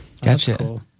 Gotcha